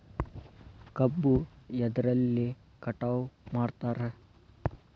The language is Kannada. ಕಬ್ಬು ಎದ್ರಲೆ ಕಟಾವು ಮಾಡ್ತಾರ್?